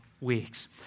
weeks